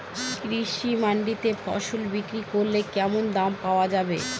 কৃষি মান্ডিতে ফসল বিক্রি করলে কেমন দাম পাওয়া যাবে?